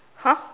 !huh!